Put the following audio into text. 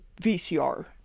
vcr